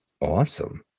Awesome